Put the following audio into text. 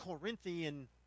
Corinthian